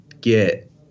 get